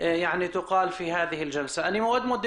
אבל מריה